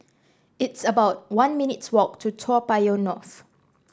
it's about one minutes' walk to Toa Payoh North